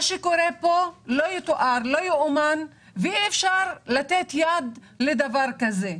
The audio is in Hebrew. מה שקורה פה לא יאומן ואי-אפשר לתת יד לדבר כזה.